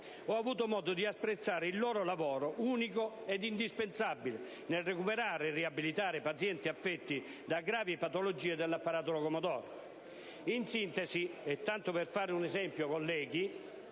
avuto modo di apprezzare il loro lavoro, unico ed indispensabile nel recuperare e riabilitare pazienti affetti da gravi patologie dell'apparato locomotore. In sintesi, tanto per fare un esempio, colleghi